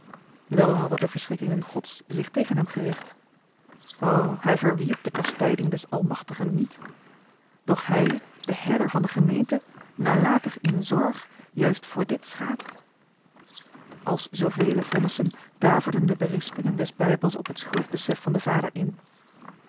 wel hadden de verschrikkingen gods zich tegen hem gericht o hij verwierp de kastijding des almachtigen niet doch hij de herder van de gemeente nalatig in zorg juist voor dit schaap als zoovele vonnissen daverden de berispingen des bijbels op het schuldbesef van den vader in